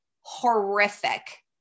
horrific